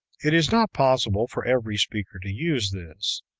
it is not possible for every speaker to use this,